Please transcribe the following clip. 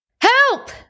Help